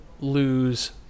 lose